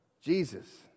jesus